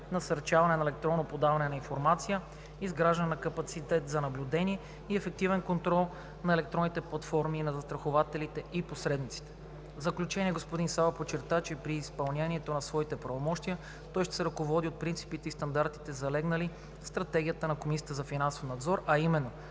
насърчаване на електронно подаване на информация, изграждане на капацитет за наблюдение и ефективен контрол на електронните платформи на застрахователите и посредниците. В заключение, господин Савов подчерта, че при изпълняването на своите правомощия той ще се ръководи от принципите и стандартите, залегнали в Стратегията на Комисията за финансов надзор, а именно: